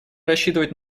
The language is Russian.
рассчитывать